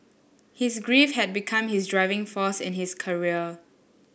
his grief had become his driving force in his career